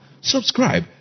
Subscribe